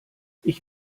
ich